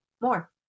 more